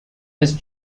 his